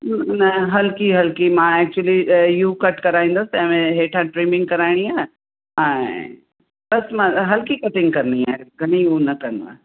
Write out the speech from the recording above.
न हलकी हलकी मां एक्चुअली यू कट कराईंदसि ऐं हेठा ट्रिमिंग कराइणी आहे ऐं बसि मां हलकी कटिंग करिणी आहे घणी हू न करिणो आहे